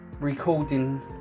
recording